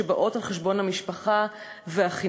שבאות על חשבון המשפחה והחינוך,